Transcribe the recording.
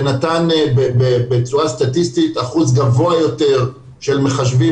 ונתן בצורה סטטיסטית אחוז גבוה יותר של מחשבים